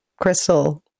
crystal